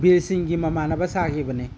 ꯕꯤꯔ ꯁꯤꯡꯒꯤ ꯃꯃꯥꯟꯅꯕ ꯁꯥꯈꯤꯕꯅꯤ